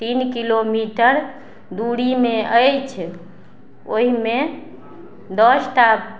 तीन किलोमीटर दूरीमे अछि ओहिमे दसटा